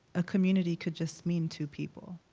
a community could just mean two people,